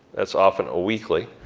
that's often a weekly.